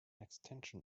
extension